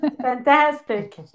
Fantastic